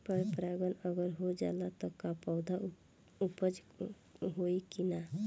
पर परागण अगर हो जाला त का पौधा उपज होई की ना?